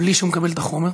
בלי שהוא מקבל את החומר?